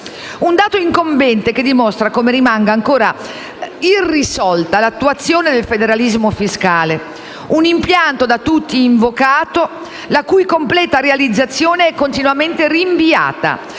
un dato incombente, che dimostra come rimanga ancora irrisolta l'attuazione del federalismo fiscale; un impianto da tutti invocato, la cui completa realizzazione è continuamente rinviata